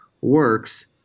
works